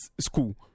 school